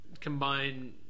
combine